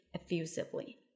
effusively